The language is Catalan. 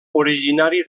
originari